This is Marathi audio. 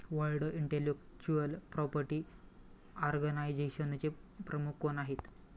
वर्ल्ड इंटेलेक्चुअल प्रॉपर्टी ऑर्गनायझेशनचे प्रमुख कोण आहेत?